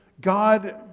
God